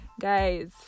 guys